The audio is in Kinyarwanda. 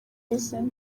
buzima